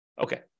Okay